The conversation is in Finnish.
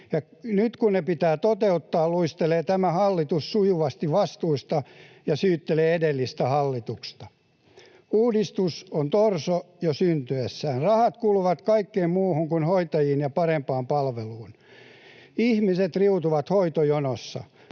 nyt kun ne pitää toteuttaa, luistelee tämä hallitus sujuvasti vastuista ja syyttelee edellistä hallitusta. Uudistus on torso jo syntyessään. Rahat kuluvat kaikkeen muuhun kuin hoitajiin ja parempaan palveluun. Ihmiset riutuvat hoitojonossa.